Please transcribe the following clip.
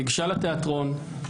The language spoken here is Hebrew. ניגשה לתיאטרון,